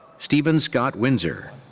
stephen scott winsor.